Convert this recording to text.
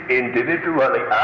individually